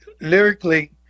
lyrically